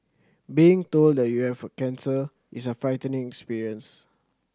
being told that you have cancer is a frightening experience